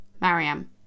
Mariam